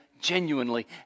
genuinely